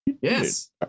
yes